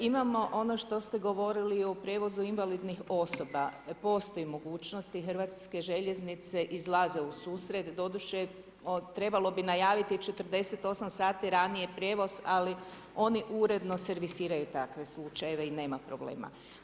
Imamo ono što ste govorili i u prijevozu invalidnih osoba, postoji mogućnost i Hrvatske željeznice, izlaze u susret, doduše, trebalo bi najaviti 48 sati ranije prijevoz, ali oni uredno servisiraju takve slučajeve i nema problema.